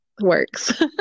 works